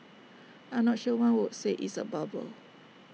I'm not sure one would say it's A bubble